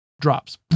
drops